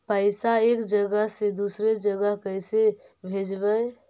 पैसा एक जगह से दुसरे जगह कैसे भेजवय?